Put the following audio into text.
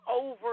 over